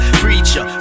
preacher